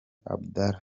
abdallah